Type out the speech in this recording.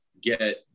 get